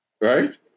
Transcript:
Right